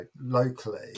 locally